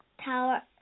Tower